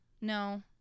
no